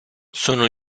sono